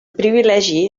privilegi